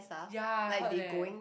ya I heard eh